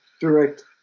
direct